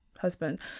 husband